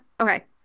Okay